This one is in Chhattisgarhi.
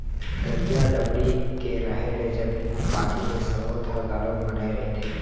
तरिया डबरी के रहें ले जमीन म पानी के सरोत ह घलोक बने रहिथे